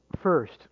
First